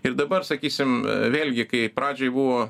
ir dabar sakysim vėlgi kai pradžioj buvo